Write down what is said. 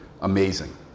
amazing